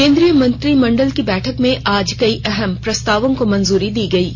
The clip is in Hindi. केंद्रीय मंत्रिमंडल की बैठक में आज कई अहम प्रस्तावों को मंजूरी दी गई है